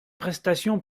prestations